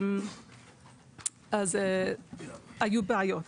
היו בעיות.